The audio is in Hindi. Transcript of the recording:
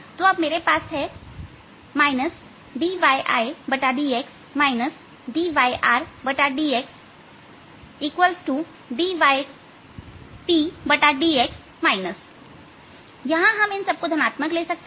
तो अब मेरे पास है dyIdx dyRdx dyTdx यहां हम इन सबको धनात्मक ले सकते हैं